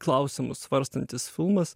klausimus svarstantis filmas